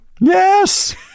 Yes